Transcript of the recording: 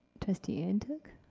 trustee and ntuk?